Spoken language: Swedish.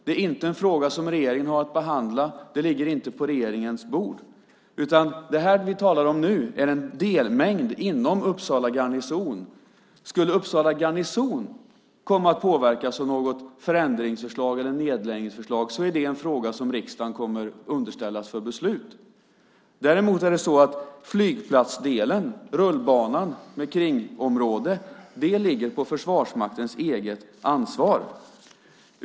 Det är inte en fråga som regeringen har att behandla; det ligger inte på regeringens bord. Det här ni nu talar om är en delmängd inom Uppsala garnison. Skulle Uppsala garnison komma att påverkas av något förändringsförslag eller nedläggningsförslag är det en fråga som kommer att underställas riksdagen för beslut. Däremot ligger flygplatsdelen, rullbanan, med kringområde på Försvarsmaktens eget ansvar.